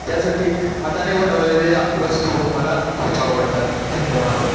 त्यासाठी हाताने बनवलेल्या वस्तू मला खूप आवडतात धन्यवाद